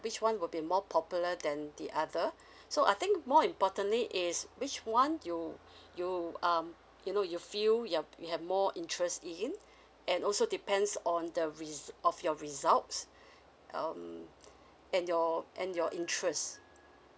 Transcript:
which one would be more popular than the other so I think more importantly is which one you you um you know you feel yup you have more interest in and also depends on the risk of your results um and your and your interest